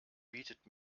bietet